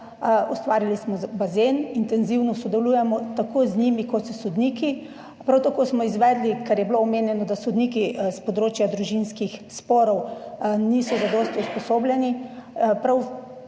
ustvarili smo bazen. Intenzivno sodelujemo tako z njimi kot s sodniki. Prav tako smo izvedli – ker je bilo omenjeno, da sodniki s področja družinskih sporov niso zadosti usposobljeni – prav